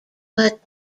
but